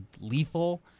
lethal